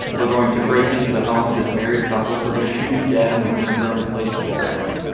we're going to break into the home of this married couple we're going to shoot them dead and then we're gonna burn the place to the ground.